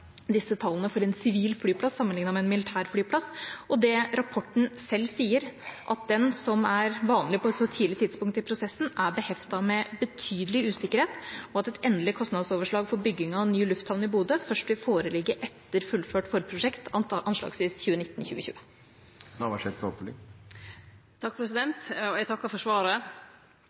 disse tallene for en sivil flyplass med tallene for en militær flyplass, og det rapporten selv sier, som er vanlig på et så tidlig tidspunkt i prosessen, er at tallene er beheftet med betydelig usikkerhet, og at et endelig kostnadsoverslag for bygging av en ny lufthavn i Bodø vil først foreligge etter fullført forprosjekt, anslagsvis 2019/2020. Eg takkar for svaret. Eg vil gjerne vise til